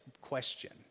question